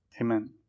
Amen